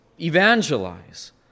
evangelize